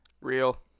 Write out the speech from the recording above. Real